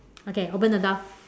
okay open the door